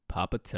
Papa